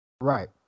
Right